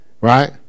right